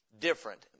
Different